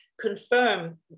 confirm